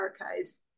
archives